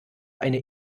eine